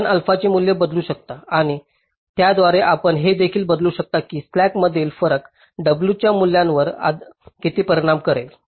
आपण अल्फाचे मूल्य बदलू शकता आणि त्याद्वारे आपण हे देखील बदलू शकता की स्लॅकमधील फरक w च्या मूल्यावर किती परिणाम करेल